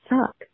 suck